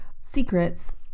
secrets